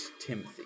Timothy